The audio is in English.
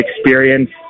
experience